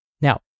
Now